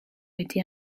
été